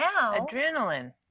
Adrenaline